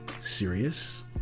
serious